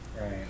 Right